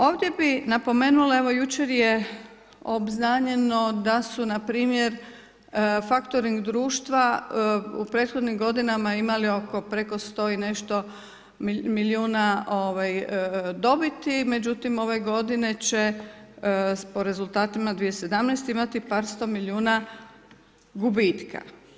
Ovdje bi napomenula, evo jučer je obznanjeno, da su npr. faktoring društva u prethodnim godinama imali oko preko 100 i nešto milijuna dobiti, međutim, ove godine, će po rezultatima 2017. imati par sto milijuna gubitka.